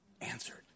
answered